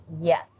yes